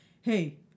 hey